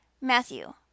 Matthew